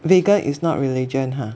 vegan is not religion ha